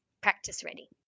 practice-ready